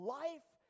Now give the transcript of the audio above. life